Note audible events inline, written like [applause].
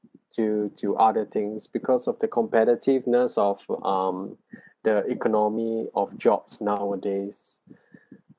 to to other things because of the competitiveness of um [breath] the economy of jobs nowadays [breath]